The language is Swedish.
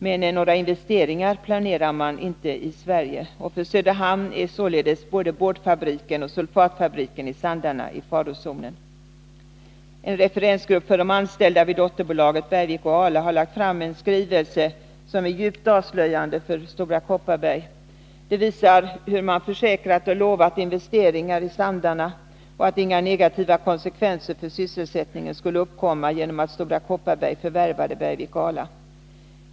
Men några investeringar planerar man inte i Sverige! För Söderhamn är således både boardfabriken och sulfatfabriken i Sandarne i farozonen. En referensgrupp för de anställda vid dotterbolaget Bergvik och Ala har lagt fram en skrivelse som är djupt avslöjande för Stora Kopparberg. Den visar hur man lovat investeringar i Sandarne och försäkrat attinga negativa konsekvenser för sysselsättningen skulle uppkomma genom att Stora Kopparberg förvärvade Bergvik och Ala.